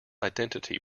identity